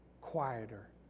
quieter